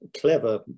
clever